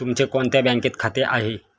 तुमचे कोणत्या बँकेत खाते आहे?